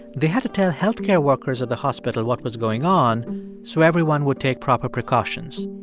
they had to tell health care workers at the hospital what was going on so everyone would take proper precautions.